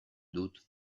dut